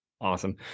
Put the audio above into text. Awesome